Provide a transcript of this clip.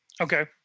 Okay